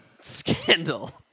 Scandal